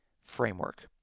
framework